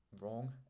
wrong